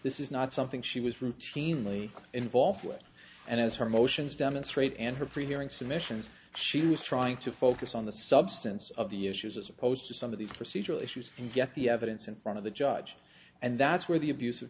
this is not something she was routinely involved with and as her motions demonstrate and her free hearing submissions she was trying to focus on the substance of the issues as opposed to some of the procedural issues and get the evidence in front of the judge and that's where the abus